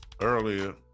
earlier